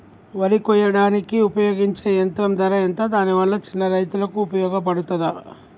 వరి కొయ్యడానికి ఉపయోగించే యంత్రం ధర ఎంత దాని వల్ల చిన్న రైతులకు ఉపయోగపడుతదా?